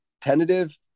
tentative